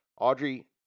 Audrey